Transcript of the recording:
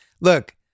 Look